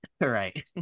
right